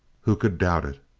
who could doubt it?